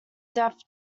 depth